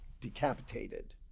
decapitated